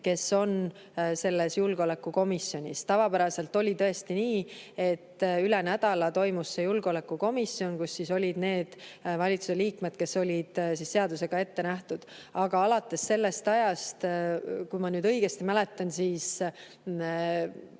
kes on julgeolekukomisjonis. Tavapäraselt oli tõesti nii, et üle nädala toimus julgeolekukomisjon, kus olid need valitsusliikmed, kes olid seadusega ette nähtud. Aga alates sellest ajast, kui ma nüüd õigesti mäletan, siis